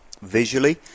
Visually